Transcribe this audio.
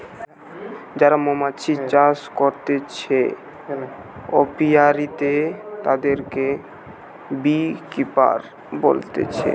যারা মৌমাছি চাষ করতিছে অপিয়ারীতে, তাদিরকে বী কিপার বলতিছে